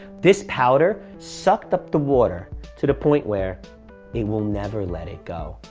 this powder sucked up the water to the point where it will never let it go.